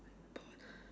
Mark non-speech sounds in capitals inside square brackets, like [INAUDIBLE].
board [BREATH]